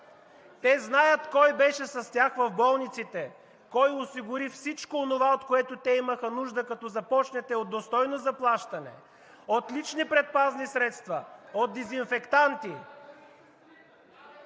те знаят кой беше с тях в болниците – кой осигури всичко онова, от което те имаха нужда, като започнете от достойно заплащане, от лични предпазни средства, от дезинфектанти.